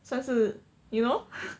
算是 you know